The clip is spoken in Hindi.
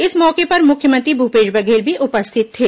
इस मौके पर मुख्यमंत्री भूपेश बघेल भी उपस्थित थे